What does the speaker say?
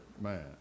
man